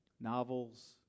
Novels